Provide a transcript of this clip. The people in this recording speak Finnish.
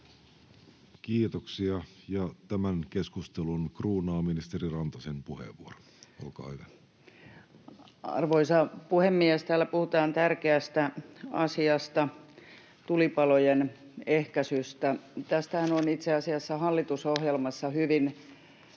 Kiitoksia. — Tämän keskustelun kruunaa ministeri Rantasen puheenvuoro. Olkaa hyvä. Arvoisa puhemies! Täällä puhutaan tärkeästä asiasta, tulipalojen ehkäisystä. Tästähän on itse asiassa hallitusohjelmassa hyvin